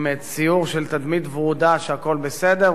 עם ציור של תדמית ורודה שהכול בסדר.